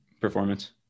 performance